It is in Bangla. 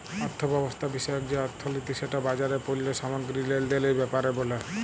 অথ্থব্যবস্থা বিষয়ক যে অথ্থলিতি সেট বাজারে পল্য সামগ্গিরি লেলদেলের ব্যাপারে ব্যলে